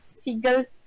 seagulls